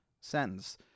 sentence